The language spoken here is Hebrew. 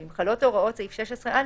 ואם חלות הוראות סעיף 16א,